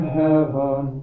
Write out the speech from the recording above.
heaven